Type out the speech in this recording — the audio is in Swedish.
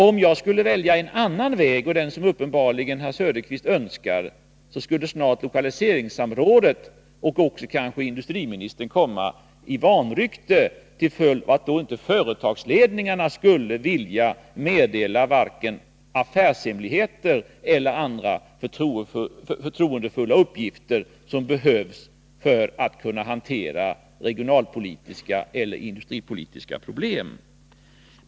Om jag skulle välja en annan väg — den som herr Söderqvist uppenbarligen önskar — skulle lokaliseringssamrådet och kanske också industriministern snart komma i vanrykte med följden att företagsledningarna då inte skulle vilja vare sig meddela affärshemligheter eller lämna andra förtroliga uppgifter som behövs för att kunna hantera regionalpolitiska eller industripolitiska problem.